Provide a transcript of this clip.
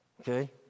Okay